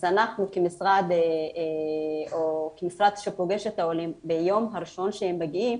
אז אנחנו כמשרד שפוגש את העולים ביום הראשון שהם מגיעים,